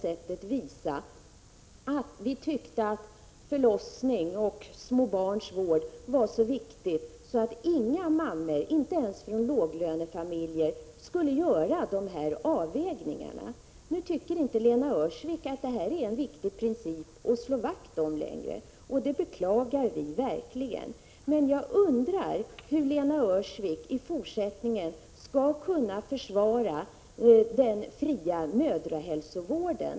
Samhället ville genom avgiftsfriheten visa att förlossningsvård och vård av små barn och mammor var så viktiga att inga mammor, inte ens mammor i låglönefamiljer, skulle behöva göra någon avvägning när det gällde att söka vård. Lena Öhrsvik tycker inte att detta är en viktig princip att slå vakt om längre. Det beklagar vi verkligen. Men jag undrar hur Lena Öhrsvik i fortsättningen skall kunna försvara den fria mödrahälsovården.